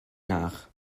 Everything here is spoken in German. nach